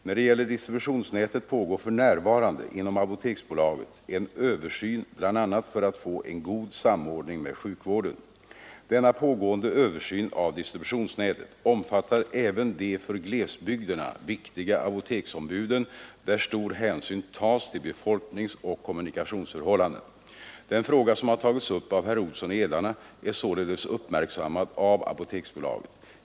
När det gäller distributionsnätet pågår för närvarande inom Apoteksbolaget en översyn bl.a. för att få en god samordning med sjukvården. Denna pågående översyn av distributionsnätet omfattar även de för glesbygderna viktiga apoteksombuden, där stor hänsyn tas till befolkningsoch kommunikationsförhållandena. Den fråga som tagits upp av herr Olsson i Edane är således uppmärksammad av Apoteksbolaget.